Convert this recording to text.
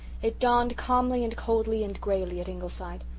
it dawned calmly and coldly and greyly at ingleside.